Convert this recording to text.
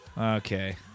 okay